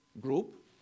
group